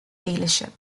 dealership